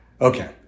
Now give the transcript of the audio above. Okay